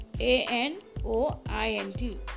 A-N-O-I-N-T